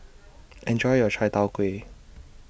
Enjoy your Chai Tow Kway